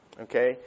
Okay